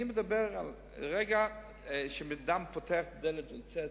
אני מדבר על רגע שבן-אדם פותח את הדלת כדי לצאת,